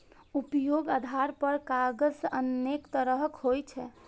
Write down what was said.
उपयोगक आधार पर कागज अनेक तरहक होइ छै